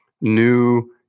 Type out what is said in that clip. new